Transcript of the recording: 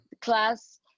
class